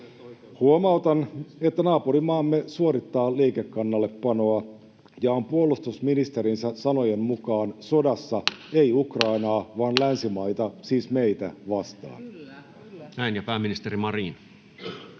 Huomautan, että naapurimaamme suorittaa liikekannallepanoa ja on puolustusministerin sanojen mukaan sodassa, ei Ukrainaa vaan länsimaita — siis meitä — vastaan. [Speech 362] Speaker: Toinen